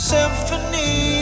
Symphony